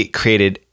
created